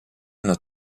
hanno